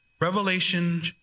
revelation